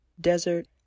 Desert